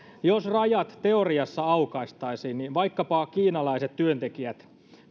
jos rajat teoriassa aukaistaisiin ja vaikkapa kiinalaiset työntekijät